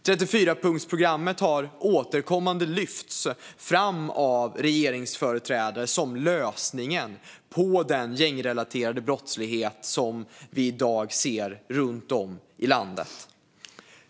34-punktsprogrammet har återkommande lyfts fram av regeringsföreträdare som lösningen på den gängrelaterade brottslighet som vi i dag ser runt om i landet.